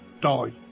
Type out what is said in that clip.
die